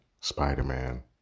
spider-man